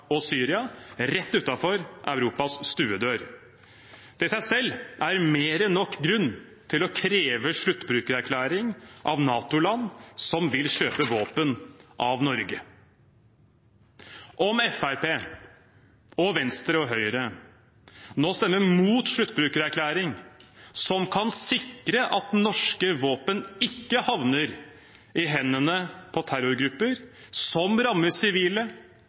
rett utenfor Europas stuedør. Det i seg selv er mer enn nok grunn til å kreve sluttbrukererklæring av NATO-land som vil kjøpe våpen av Norge. Om Fremskrittspartiet, Venstre og Høyre nå stemmer imot sluttbrukererklæring – som kan sikre at norske våpen ikke havner i hendene på terrorgrupper som rammer sivile